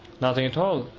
nothing at all,